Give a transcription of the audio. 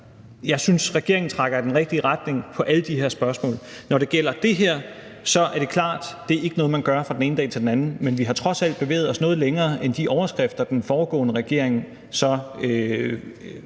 jeg synes, at regeringen trækker i den rigtige retning i alle de her spørgsmål. Når det gælder det her, er det klart, at det ikke er noget, man gør fra den ene dag til den anden. Vi har trods alt bevæget os noget længere, end den foregående regering